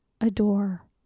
adore